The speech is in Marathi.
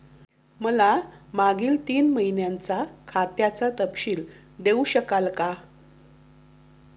मला मागील तीन महिन्यांचा खात्याचा तपशील देऊ शकाल का?